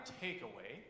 takeaway